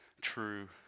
true